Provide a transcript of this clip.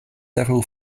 several